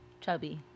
Chubby